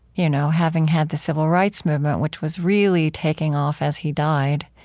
you know having had the civil rights movement, which was really taking off as he died,